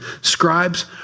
scribes